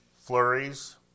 flurries